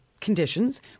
conditions